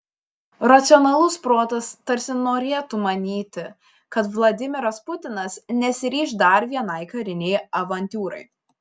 racionalus protas tarsi norėtų manyti kad vladimiras putinas nesiryš dar vienai karinei avantiūrai